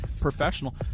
professional